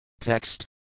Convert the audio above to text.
Text